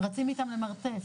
רצים איתם למרתף,